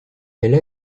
elle